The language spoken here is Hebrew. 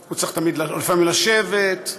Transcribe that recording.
הוא צריך לפעמים לשבת,